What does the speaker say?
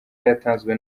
yatanzwe